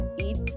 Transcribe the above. eat